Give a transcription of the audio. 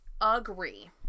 agree